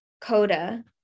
Coda